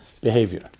behavior